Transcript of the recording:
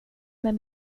med